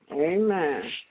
Amen